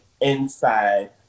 inside